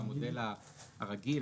במודל הרגיל,